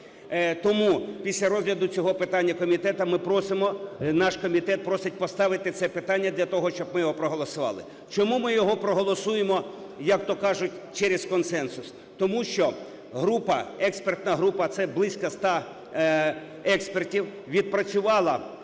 Тому після розгляду цього питання комітету ми просимо, наш комітет просить поставити це питання для того, щоб ми його проголосували. Чому ми його проголосуємо, як то кажуть, через консенсус? Тому що група, експертна група (це близько 100 експертів), відпрацювала